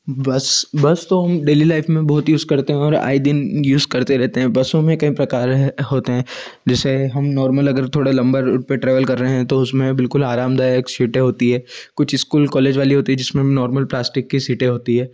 बस बस तो हम डेली लाइफ में बहुत यूज करते हैं और आये दिन यूज करते रहते हैं बसों मे कई प्रकार होते हैं जैसे हम नॉर्मल अगर थोड़ा लम्बा रूट पर ट्रेवल कर रहे हैं तो उसमे बिल्कुल आरामदायक सीटें होती हैं कुछ स्कूल कॉलेज वाली होती है जिसमें नार्मल प्लास्टिक की सीटें होती हैं